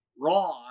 Raw